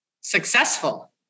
successful